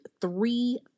three